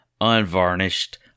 unvarnished